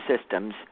systems